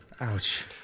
ouch